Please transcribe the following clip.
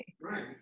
Right